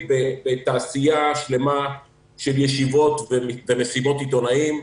בתעשייה שלמה של ישיבות ומסיבות עיתונאים,